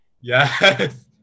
Yes